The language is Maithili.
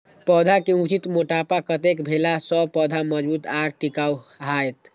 पौधा के उचित मोटापा कतेक भेला सौं पौधा मजबूत आर टिकाऊ हाएत?